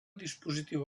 dispositiu